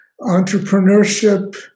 entrepreneurship